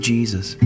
Jesus